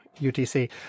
UTC